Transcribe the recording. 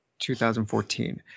2014